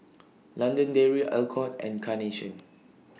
London Dairy Alcott and Carnation